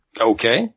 Okay